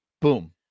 Boom